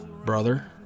Brother